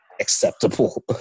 acceptable